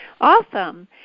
awesome